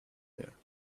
there